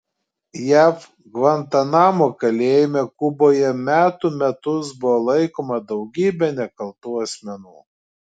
jav gvantanamo kalėjime kuboje metų metus buvo laikoma daugybė nekaltų asmenų